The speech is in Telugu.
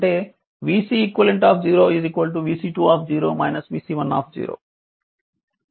అంటే vCeq vC2 vC1